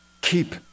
keep